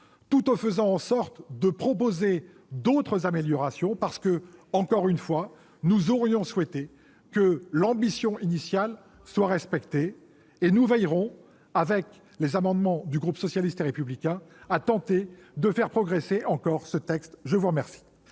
tout en faisant en sorte de proposer d'autres améliorations parce que, encore une fois, nous aurions souhaité que l'ambition initiale soit respectée. Nous tenterons donc, avec les amendements du groupe socialiste et républicain, de faire progresser encore ce texte. La parole